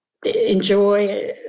enjoy